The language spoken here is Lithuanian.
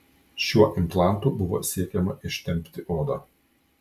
šiuo implantu buvo siekiama ištempti odą